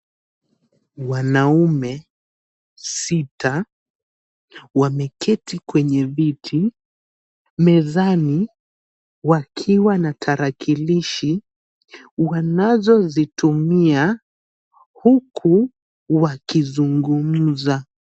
Wanaume sita wameketi kwenye viti, mezani wakiwa na tarakilishi wanazozitumia huku wakizungumza.